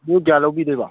ꯀꯌꯥ ꯂꯧꯕꯤꯗꯣꯏꯕ